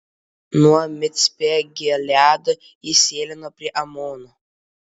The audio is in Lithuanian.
nuo micpe gileado jis sėlino prie amono